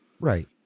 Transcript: Right